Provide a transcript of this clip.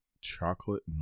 Chocolate